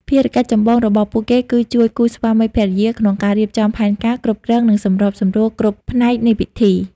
ភារកិច្ចចម្បងរបស់ពួកគេគឺជួយគូស្វាមីភរិយាក្នុងការរៀបចំផែនការ គ្រប់គ្រង និងសម្របសម្រួលគ្រប់ផ្នែកនៃពិធី។